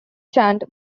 chant